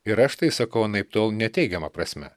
ir aš tai sakau anaiptol ne teigiama prasme